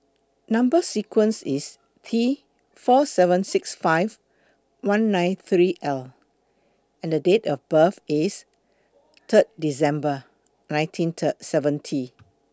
Number sequence IS T four seven six five one nine three L and Date of birth IS Third December nineteen seventy